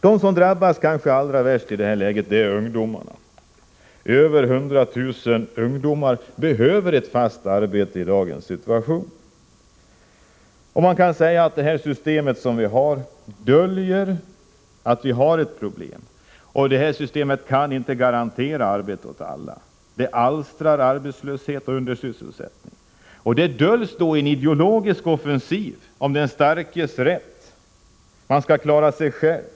De som kanske drabbas allra värst i detta läge är ungdomarna. I dag behöver mer än 100 000 ungdomar ett fast arbete. Det nuvarande systemet döljer att vi har ett problem. Det systemet kan inte garantera arbete åt alla, utan det alstrar arbetslöshet och undersysselsättning. Detta döljs i en ideologisk offensiv om den starkes rätt — man skall klara sig själv.